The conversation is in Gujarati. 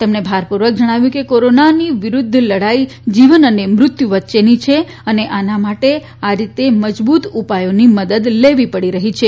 તેમણે ભારપૂર્વક જણાવ્યુ કે કોરોનાની વિરુધ્ધ લડાઇ જીવન અન મૃત્યુ વચ્ચેની છે અને આના માટે આ રીતે મજબુત ઉપાયોની મદદ લેવી પડી રહ્યી છે